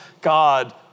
God